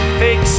fix